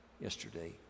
yesterday